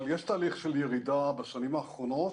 אבל יש תהליך של ירידה בשנים האחרונות.